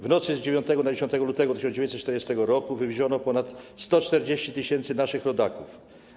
W nocy z 9 na 10 lutego 1940 r. wywieziono ponad 140 tys. naszych rodaków.